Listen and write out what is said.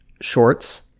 shorts